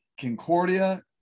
Concordia